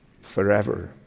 Forever